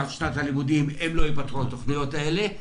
את שנת הלימודים אם לא ייפתחו התוכניות האלו.